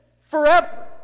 forever